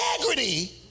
integrity